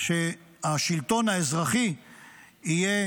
שהשלטון האזרחי יהיה